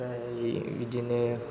ओमफ्राय बिदिनो